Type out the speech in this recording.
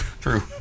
true